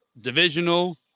divisional